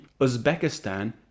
Uzbekistan